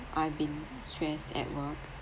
I've been stressed at work